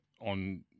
on